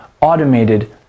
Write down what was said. automated